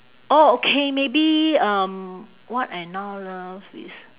oh okay maybe um what I now love is